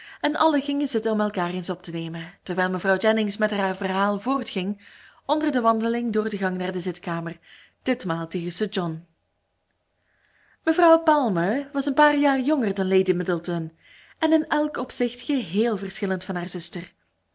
en allen gingen zitten om elkaar eens op te nemen terwijl mevrouw jennings met haar verhaal voortging onder de wandeling door de gang naar de zitkamer ditmaal tegen sir john mevrouw palmer was een paar jaar jonger dan lady middleton en in elk opzicht geheel verschillend van haar zuster